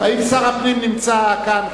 האם שר הפנים נמצא כאן?